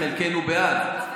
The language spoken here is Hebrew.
חלקנו בעד,